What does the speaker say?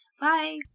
Bye